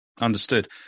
Understood